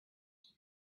sun